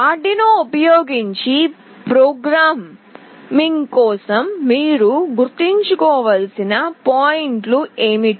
Arduino ఉపయోగించి programming కోసం మీరు గుర్తుంచుకోవలసిన పాయింట్లు ఏమిటి